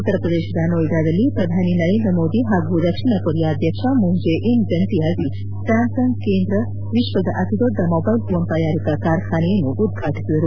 ಉತ್ತರ ಪ್ರದೇಶದ ನೊಯ್ವಾದಲ್ಲಿ ಪ್ರಧಾನಿ ನರೇಂದ್ರ ಮೋದಿ ಹಾಗೂ ದಕ್ಷಿಣ ಕೊರಿಯಾ ಅಧ್ಯಕ್ಷ ಮೂನ್ ಜೆ ಇನ್ ಜಂಟಿಯಾಗಿ ಸ್ಯಾಮ್ಸಂಗ್ ಕೇಂದ್ರ ವಿಶ್ವದ ಅತಿ ದೊಡ್ಡ ಮೊಬೈಲ್ ಫೋನ್ ತಯಾರಿಕಾ ಕಾರ್ಖಾನೆಯನ್ನು ಉದ್ಘಾಟಿಸಿದರು